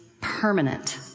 permanent